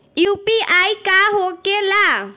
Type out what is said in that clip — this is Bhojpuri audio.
यू.पी.आई का होके ला?